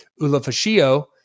Ulafashio